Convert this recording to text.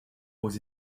aux